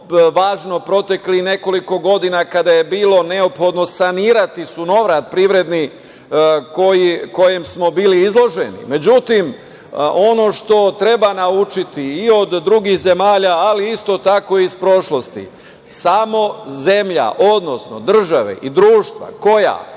važno proteklih nekoliko godina kada je bilo neophodno sanirati sunovrat privredni kojem smo bili izloženi.Međutim, ono što treba naučiti i od drugih zemalja, ali isto tako i iz prošlosti, samo zemlja, odnosno države i društva koja